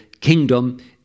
kingdom